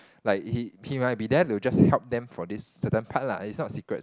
like he he might be there to just help them for this certain part lah it's not secrets